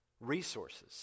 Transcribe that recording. Resources